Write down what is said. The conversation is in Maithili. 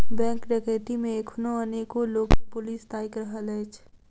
बैंक डकैती मे एखनो अनेको लोक के पुलिस ताइक रहल अछि